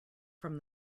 from